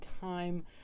time